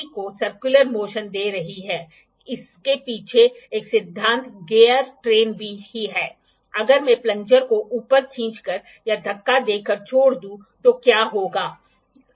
जब हम लीनियर माप में देखना शुरू करते हैं तो हम इसे हमेशा माइक्रोन मिलीमीटर मीटर के संदर्भ में रिपोर्ट करने के लिए उपयोग करेंगे